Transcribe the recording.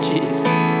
Jesus